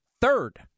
Third